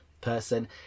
person